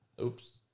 Oops